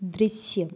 ദൃശ്യം